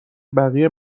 بقیه